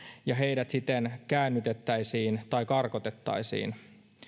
ja heidät siten käännytettäisiin tai karkotettaisiin